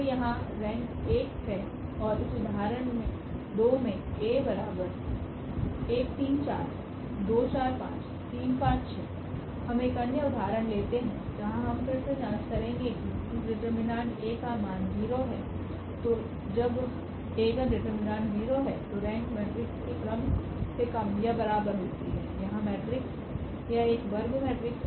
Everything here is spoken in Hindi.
तो यहाँ रेंक 1 है और इस उदाहरण 2 में हम एक अन्य उदाहरण लेते हैं जहां हम फिर से जांच करेगे की इस डिटरमिनेंट 𝐴 का मान0 है तो जब A का डिटरमिनेंट 0 है तो रेंक मेट्रिक्स के क्रम से कम या बराबर होती है यहाँ मेट्रिक्स यह एक वर्ग मेट्रिक्स है